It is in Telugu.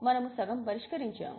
మనము సగం పరిష్కరించాము